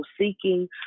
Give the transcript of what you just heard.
seeking